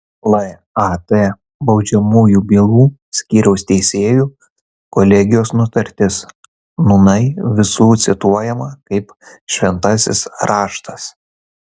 lat baudžiamųjų bylų skyriaus teisėjų kolegijos nutartis nūnai visų cituojama kaip šventasis raštas